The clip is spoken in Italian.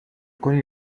con